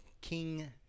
king